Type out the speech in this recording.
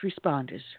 responders